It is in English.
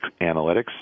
analytics